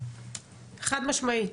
חד משמעית.